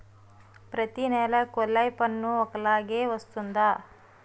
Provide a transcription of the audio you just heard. ప్రతి నెల కొల్లాయి పన్ను ఒకలాగే వస్తుందా?